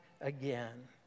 again